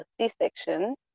C-section